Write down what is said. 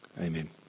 Amen